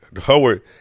Howard